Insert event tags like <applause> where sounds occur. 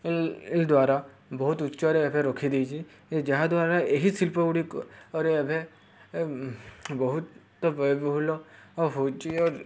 ଦ୍ୱାରା ବହୁତ ଉଚ୍ଚରେ ଏବେ ରଖିଦେଇଛି ଯାହାଦ୍ୱାରା ଏହି ଶିଳ୍ପ ଗୁଡ଼ିକରେ ଏବେ ବହୁତ ବ୍ୟୟବହୁଳ ହଉଛି <unintelligible>